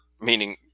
Meaning